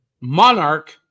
Monarch